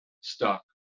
stuck